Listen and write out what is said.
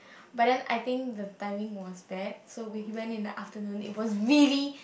but then I think the timing was bad so we went in the afternoon it was really